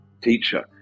teacher